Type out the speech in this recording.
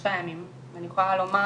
חמישה ימים ואני יכולה לומר